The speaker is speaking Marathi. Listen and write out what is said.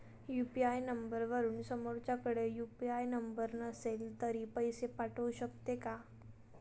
यु.पी.आय नंबरवरून समोरच्याकडे यु.पी.आय नंबर नसेल तरी पैसे पाठवू शकते का?